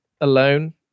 alone